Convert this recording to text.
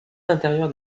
l’intérieur